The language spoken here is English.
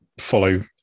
follow